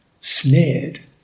snared